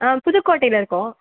புதுக்கோட்டையில் இருக்கோம்